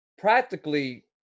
practically